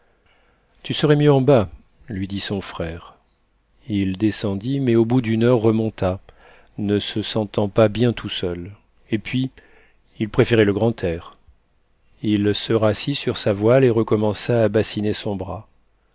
tu serais mieux en bas lui dit son frère il descendit mais au bout d'une heure il remonta ne se sentant pas bien tout seul et puis il préférait le grand air il se rassit sur sa voile et recommença à bassiner son bras